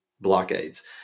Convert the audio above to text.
blockades